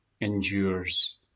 endures